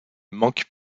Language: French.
manque